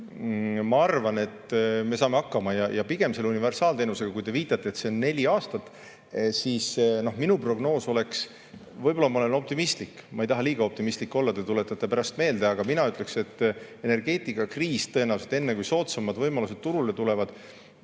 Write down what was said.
Ma arvan, et me saame hakkama. Ja [mis puutub] universaalteenusesse, siis kui te viitate, et see on neli aastat, siis minu prognoos oleks – võib-olla ma olen liiga optimistlik, aga ma ei taha liiga optimistlik olla, te tuletate pärast seda meelde –, mina ütleksin, et energeetikakriis tõenäoliselt enne, kui soodsamad võimalused turule tulevad,